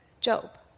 Job